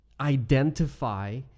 identify